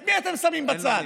את מי אתם שמים בצד?